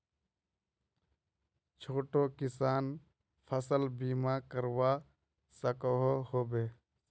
छोटो किसान फसल बीमा करवा सकोहो होबे?